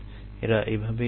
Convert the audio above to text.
এরা এভাবেই থাকুক